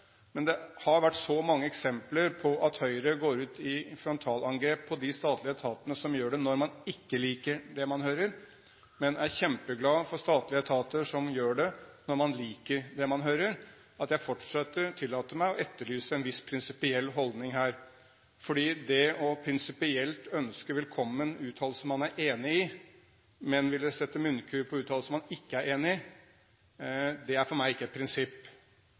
men det har vært så mange eksempler på at Høyre går ut med frontalangrep på de statlige etatene som gjør det, når man ikke liker det man hører, men er kjempeglad for statlige etater som gjør det, når man liker det man hører, at jeg fortsatt tillater meg å etterlyse en viss prinsipiell holdning her, fordi prinsipielt å ønske velkommen uttalelser man er enig i, men ville sette munnkurv når det gjelder uttalelser man ikke er enig i, er for meg ikke et prinsipp.